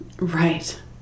right